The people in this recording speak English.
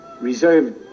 reserved